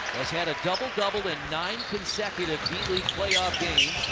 he's had a double double in nine consecutive d-league playoff games.